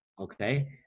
okay